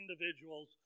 individuals